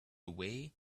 away